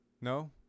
No